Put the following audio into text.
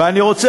ואני רוצה